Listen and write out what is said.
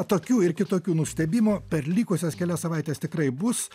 tokių ir kitokių nustebimo per likusias kelias savaites tikrai bus